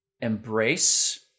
embrace